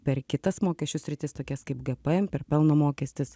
per kitas mokesčių sritis tokias kaip gpm per pelno mokestis